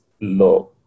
low